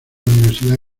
universidad